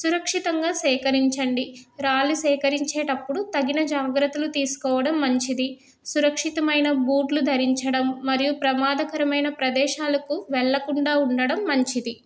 సురక్షితంగా సేకరించండి రాళ్ళు సేకరించేటప్పుడు తగిన జాగ్రత్తలు తీసుకోవడం మంచిది సురక్షితమైన బూట్లు ధరించడం మరియు ప్రమాదకరమైన ప్రదేశాలకు వెళ్ళకుండా ఉండడం మంచిది